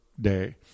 day